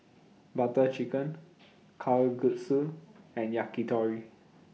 Butter Chicken Kalguksu and Yakitori